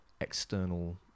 external